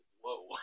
Whoa